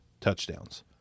touchdowns